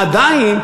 עדיין,